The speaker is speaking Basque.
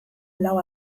lau